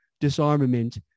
disarmament